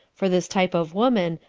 for this type of woman,